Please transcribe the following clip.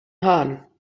hahn